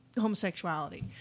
homosexuality